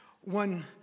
one